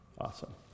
awesome